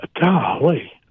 Golly